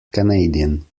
canadian